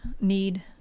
need